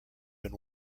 been